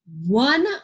one